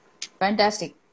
fantastic